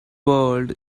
world